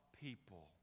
people